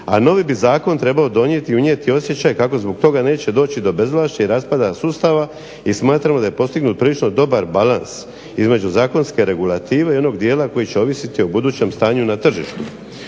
a novi bi zakon trebao donijeti i unijeti osjećaj kako zbog toga neće doći do bezvlašća i raspada sustava. I smatramo da je postignut prilično dobar balans između zakonske regulative i onog dijela koji će ovisiti o budućem stanju na tržištu.